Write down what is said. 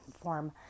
form